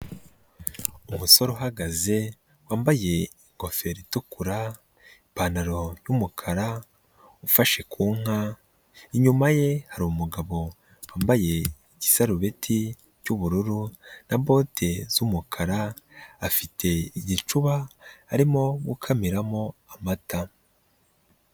Umusore uhagaze, wambaye ingofero itukura, ipantaro y'umukara, ufashe ku inka, inyuma ye hari umugabo wambaye igisarubiti cy'ubururu na bote z'umukara, afite igicuba arimo gukamiramo amata.